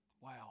Wow